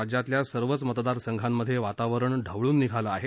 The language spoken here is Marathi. राज्यातल्या सर्वच मतदारसंघात वातावरण ढवळून निघालं आहे